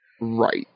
right